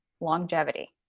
longevity